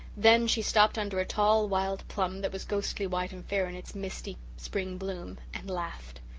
then she stopped under a tall wild plum that was ghostly white and fair in its misty spring bloom and laughed.